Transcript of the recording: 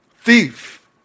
thief